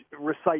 recite